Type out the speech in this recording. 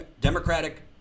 Democratic